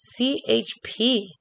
CHP